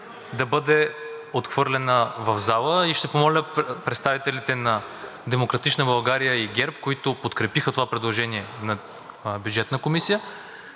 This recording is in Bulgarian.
да бъде отхвърлена в зала. Ще помоля представителите на „Демократична България“ и на ГЕРБ, които подкрепиха това предложение на Бюджетна комисия